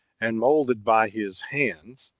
and moulded by his hands,